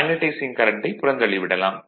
magnetising கரண்ட்டை புறந்தள்ளிவிடலாம்